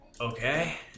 Okay